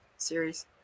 Series